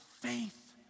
faith